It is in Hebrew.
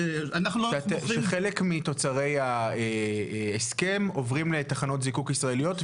-- שחלק מתוצרי ההסכם עוברים לתחנות זיקוק ישראליות,